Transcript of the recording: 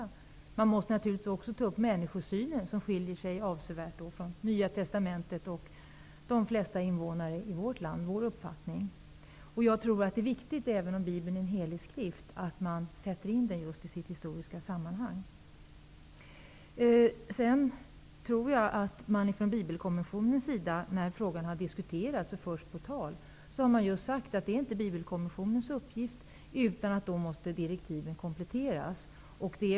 Men man måste naturligtvis också ta upp människosynen, där det skiljer sig avsevärt mellan Nya Testamentet och uppfattningen hos de flesta invånare i vårt land. Även om Bibeln är en helig skrift, är det viktigt att sätta in den i sitt historiska sammanhang. När denna fråga har förts på tal har Bibelkommissionen sagt att detta inte är Bibelkommissionens uppgift. I så fall måste direktiven kompletteras.